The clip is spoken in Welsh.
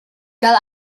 gael